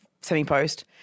semi-post